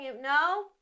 No